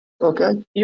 Okay